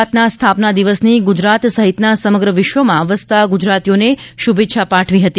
ગુજરાતના સ્થાપના દિવસની ગુજરાત સહિતના સમગ્ર વિશ્વમાં વસતા ગુજરાતીઓને શુભેચ્છા પાઠવી હતી